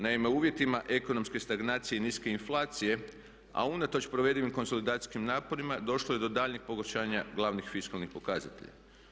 Naime u uvjetima ekonomske stagnacije i niske inflacije a unatoč provedivim konsolidacijskim naporima došlo je do daljnjeg pogoršanja glavnih fiskalnih pokazatelja.